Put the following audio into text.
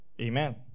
Amen